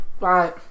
right